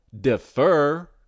defer